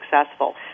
successful